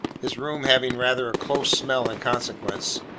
his room having rather a close smell in consequence,